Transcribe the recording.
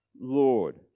Lord